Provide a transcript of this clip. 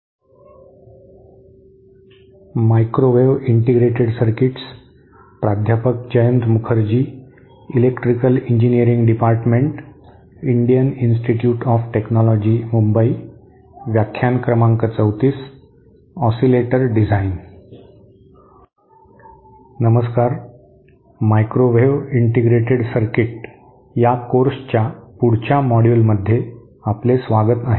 नमस्कार microwave integrated circuit या कोर्सच्या पुढच्या मॉड्यूलमध्ये आपले स्वागत आहे